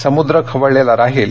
समुद्र खवळलेला राहील